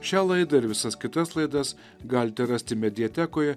šią laidą ir visas kitas laidas galite rasti mediatekoje